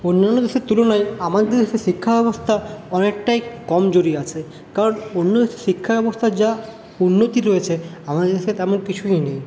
অন্যান্য দেশের তুলনায় আমাদের দেশের শিক্ষা ব্যবস্থা অনেকটাই কমজোরি আছে কারণ অন্য দেশের শিক্ষাব্যবস্থার যা উন্নতি রয়েছে আমাদের দেশে তেমন কিছুই নেই